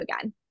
again